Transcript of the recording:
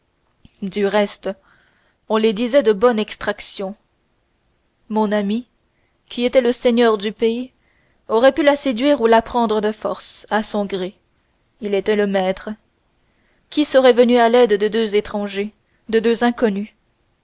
du reste on les disait de bonne extraction mon ami qui était le seigneur du pays aurait pu la séduire ou la prendre de force à son gré il était le maître qui serait venu à l'aide de deux étrangers de deux inconnus